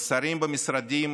בשרים במשרדים